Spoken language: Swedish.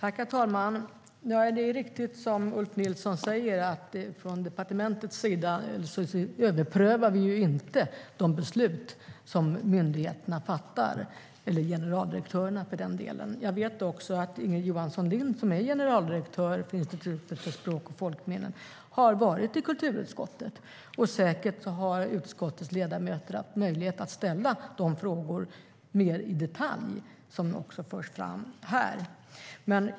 Herr talman! Det är riktigt som Ulf Nilsson säger att vi från departementet inte överprövar de beslut som myndigheterna fattar, eller generaldirektörerna för den delen. Jag vet också att Ingrid Johansson Lind, som är generaldirektör för Institutet för språk och folkminnen, har varit i kulturutskottet. Säkert hade utskottets ledamöter möjligheter att mer i detalj ställa de frågor som förs fram här.